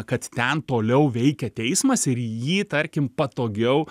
kad ten toliau veikia teismas ir į jį tarkim patogiau